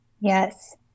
Yes